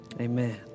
amen